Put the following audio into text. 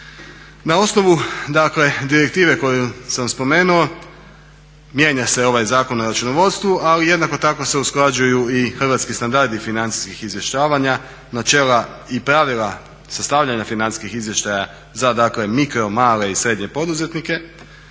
Na osnovu, dakle direktive koju sam spomenuo mijenja se ovaj Zakon o računovodstvu, ali jednako tako se usklađuju i hrvatski standardi financijskih izvještavanja, načela i pravila sastavljanja financijskih izvještaja za, dakle mikro, male i srednje poduzetnike.